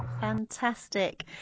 Fantastic